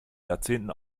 jahrzehnten